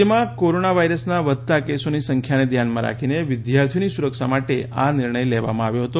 રાજ્યમાં કોરોના વાયરસના વધતા કેસોની સંખ્યાને ધ્યાનમાં રાખીને વિદ્યાર્થીઓની સુરક્ષા માટે આ નિર્ણય લેવામાં આવ્યો હતો